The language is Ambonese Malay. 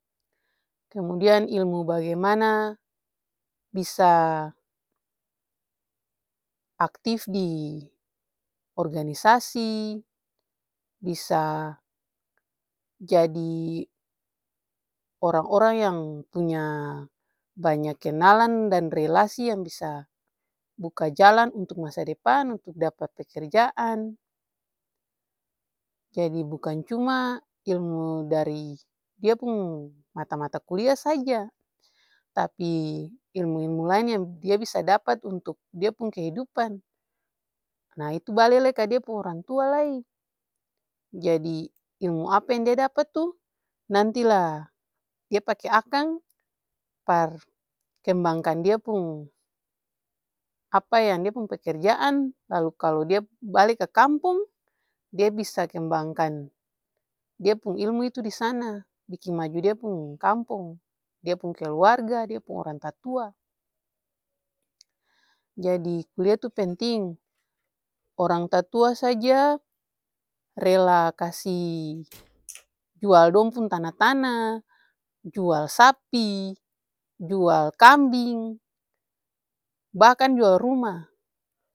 Kemudian ilmu bagimana bisa aktiv diorganisasi, bisa jadi orang-orang yang punya banya kenalan dan relasi yang bisa buka jalan untuk masa depan untuk dapat pekerjaan. Jadi bukan cuma ilmu dari dia pung mata-matakuliah saja tapi ilmu-ilmu laeng yang dia bisa dapat untuk dia pung kehidupan nah itu bale lai ka dia pung orang tua lai. Jadi ilmu apa yang dia dapa tuh nanti lah dia pake akang par kembangkan dia pung apa yang dia pung pekerjaan lalu kalu dia bale ka kampong dia bisa kembangkan dia pung ilmu itu disana biking majo dia pung kampong, dia pung keluarga, dia pung orang tatua. Jadi kulia tuh penting orang tatua saja rela kasi jual dong pung tana-tana, jual sapi, jual kambing, bahkan jual ruma.